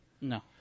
No